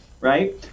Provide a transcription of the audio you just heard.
right